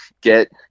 get